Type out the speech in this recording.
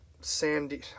sandy